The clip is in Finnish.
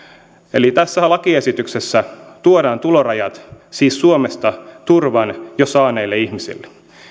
tässä lakiesityksessä tuodaan tulorajat suomesta turvan jo saaneille ihmisille